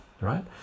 right